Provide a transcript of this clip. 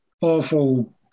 awful